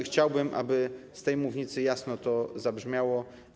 Chciałbym, aby z tej mównicy jasno to wybrzmiało.